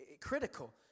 critical